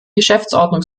geschäftsordnung